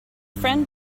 friend